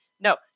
No